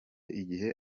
igihe